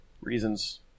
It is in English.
reasons